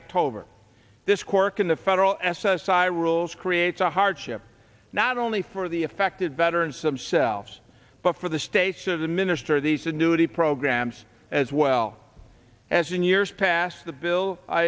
october this cork in the federal s s i rules creates a hardship not only for the effected veterans themselves but for the station as a minister these annuity programs as well as in years pass the bill